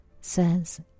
Says